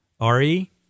RE